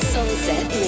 Sunset